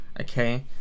Okay